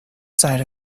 side